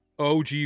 OG